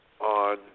on